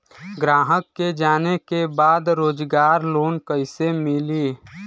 ग्राहक के जाने के बा रोजगार लोन कईसे मिली?